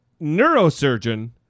neurosurgeon